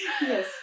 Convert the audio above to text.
Yes